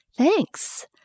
Thanks